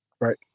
right